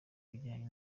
bijyanye